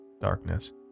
darkness